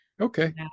Okay